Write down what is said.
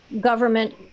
government